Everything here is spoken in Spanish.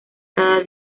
cada